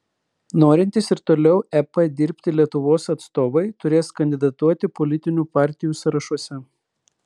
norintys ir toliau ep dirbti lietuvos atstovai turės kandidatuoti politinių partijų sąrašuose